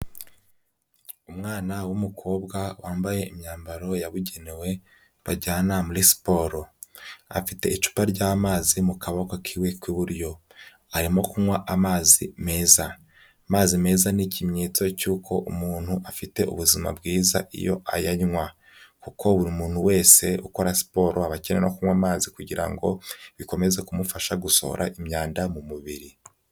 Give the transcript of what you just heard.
Umwana w'umukobwa wambaye imyambaro yabugenewe bajyana muri siporo. Afite icupa ryamazi mu kaboko kwe kw'iburyo, arimo kunywa amazi meza. Amazi meza ni ikimenyetso cy'uko umuntu afite ubuzima bwiza iyo ayanywa kuko buri muntu wese ukora siporo aba akeneye no kunywa amazi kugirango bikomeze kumufasha gusohora imyanda mu mubiri.